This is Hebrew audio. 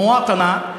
"מוואטנה",